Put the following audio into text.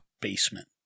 basement